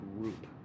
group